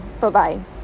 Bye-bye